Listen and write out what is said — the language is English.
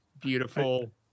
beautiful